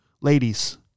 ladies